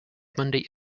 monday